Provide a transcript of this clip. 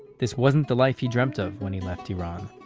this wasn't the life he dreamt of when he left iran.